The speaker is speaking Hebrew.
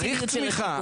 צריך צמיחה,